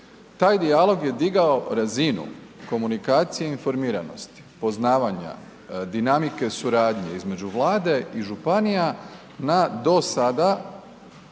Taj dijalog je digao razinu komunikacije informiranosti poznavanja dinamike suradnje između Vlade i županija na do sada